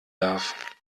darf